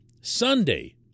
Sunday